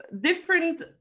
different